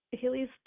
Healy's